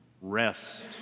Rest